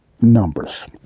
numbers